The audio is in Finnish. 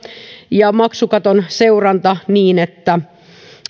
ja maksukaton seuranta niin että